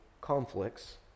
conflicts